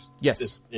Yes